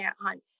hunt